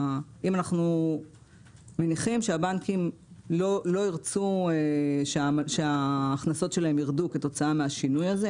אנחנו מניחים שהבנקים לא ירצו שההכנסות שלהם יירדו כתוצאה מהשינוי הזה.